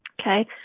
Okay